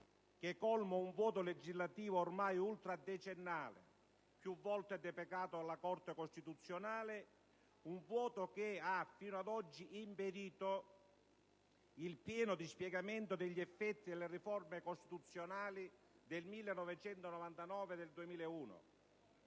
che colma un vuoto legislativo ormai ultradecennale, più volte deprecato dalla Corte costituzionale: un vuoto che ha, fino ad oggi, impedito il pieno dispiegamento degli effetti delle riforme costituzionali del 1999